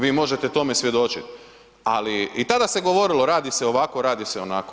Vi možete tome svjedočiti, ali i tada se govorilo radi se ovako, radi se onako.